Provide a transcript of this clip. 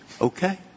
Okay